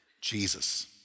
Jesus